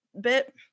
bit